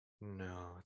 No